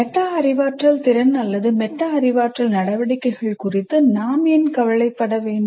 meta அறிவாற்றல் திறன் அல்லது மெட்டா அறிவாற்றல் நடவடிக்கைகள் குறித்து நாம் ஏன் கவலைப்பட வேண்டும்